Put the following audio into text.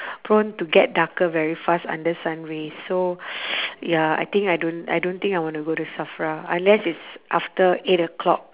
prone to get darker very fast under sun rays so ya I think I don't I don't think I want to go to safra unless it's after eight o'clock